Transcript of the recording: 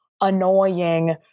annoying